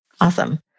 Awesome